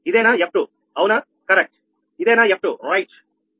ఇదేనా f2 అవునా correct ఇదేనా f2 అవునా